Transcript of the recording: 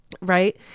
right